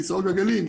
כיסאות גלגלים,